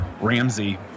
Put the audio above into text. Ramsey